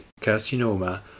carcinoma